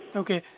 okay